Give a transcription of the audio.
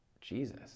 Jesus